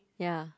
ya